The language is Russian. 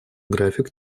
график